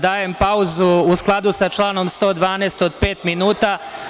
Dajem pauzu, u skladu sa članom 112, od pet minuta.